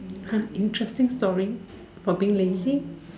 ah interesting story for being lazy